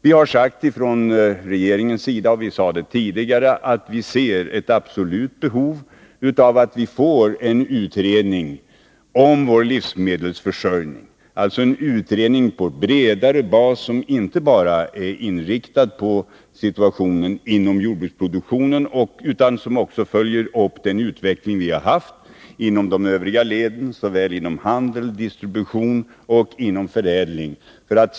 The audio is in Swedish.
Vi säger från regeringen, och vi sade det tidigare, att vi ser det som ett absolut behov att få en utredning om vår livsmedelsförsörjning — en utredning på bredare bas som inte bara är inriktad på situationen inom jordbruksproduktionen utan som också följer upp den utveckling som vi har haft inom de olika leden, såväl inom handel och distribution som inom förädling.